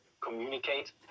communicate